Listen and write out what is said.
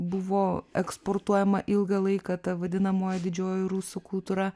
buvo eksportuojama ilgą laiką ta vadinamoji didžioji rusų kultūra